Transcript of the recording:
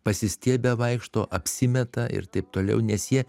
pasistiebę vaikšto apsimeta ir taip toliau nes jie